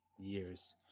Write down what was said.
years